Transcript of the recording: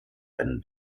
ein